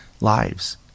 lives